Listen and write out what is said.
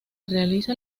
realiza